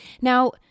Now